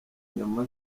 inyama